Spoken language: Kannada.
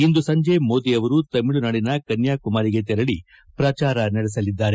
ಇಂದು ಸಂಜೆ ಮೋದಿ ಅವರು ತಮಿಳುನಾಡಿನ ಕನ್ನಾಕುಮಾರಿಗೆ ತೆರಳಿ ಪ್ರಜಾರ ನಡೆಸಲಿದ್ದಾರೆ